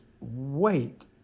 wait